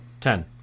Ten